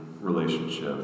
relationship